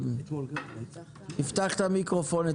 לא מפוקח על